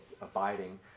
abiding